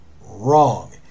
Wrong